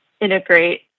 integrate